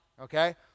okay